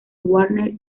warner